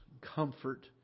comfort